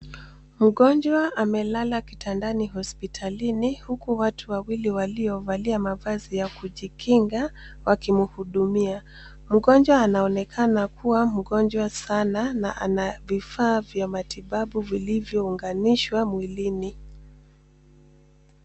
Mgonjwa amelala kitandani hospitalini huku watu wawili waliovalia mavazi ya kujikinga wakimhudumia. Mgonjwa anaonekana kuwa mgonjwa sana na ana vifaa vya matibabu vilivyounganishwa mwilini.